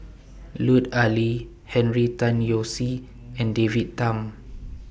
Lut Ali Henry Tan Yoke See and David Tham